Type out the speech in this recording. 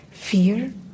Fear